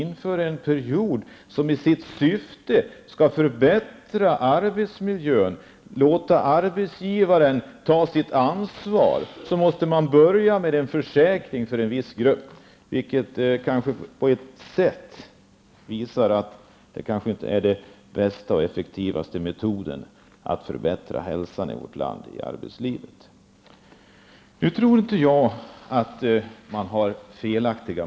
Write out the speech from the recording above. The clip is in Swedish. När en period införs, vars syfte är att förbättra arbetsmiljön och låta arbetsgivaren ta sitt ansvar, måste man således börja med en försäkring för en viss grupp. I någon mån visar det att det här kanske inte är den bästa och effektivaste metoden att förbättra hälsan hos människor i vårt land, med tanke på arbetslivet. Jag tror inte att motiven är felaktiga.